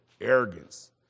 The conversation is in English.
arrogance